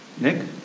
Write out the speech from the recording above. Nick